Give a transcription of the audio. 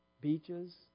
beaches